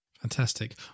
fantastic